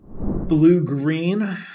Blue-green